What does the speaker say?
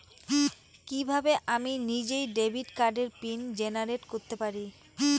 কিভাবে আমি নিজেই ডেবিট কার্ডের পিন জেনারেট করতে পারি?